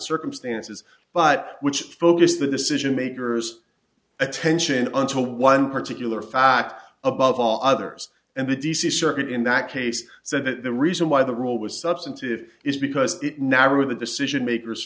circumstances but which focused the decision makers attention until one particular fact above all others and the d c circuit in that case said that the reason why the rule was substantive is because it narrowed the decision makers